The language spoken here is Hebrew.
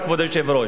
כבוד היושב-ראש.